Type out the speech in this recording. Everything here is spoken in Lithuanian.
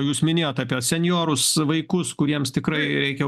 jūs minėjot apie senjorus vaikus kuriems tikrai reikia